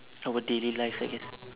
our daily lives I guess